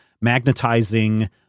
magnetizing